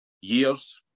years